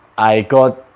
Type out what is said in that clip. i got